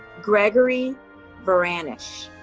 gregory vranish.